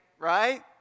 right